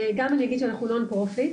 גם אני אגיד שאנחנו Non-profit,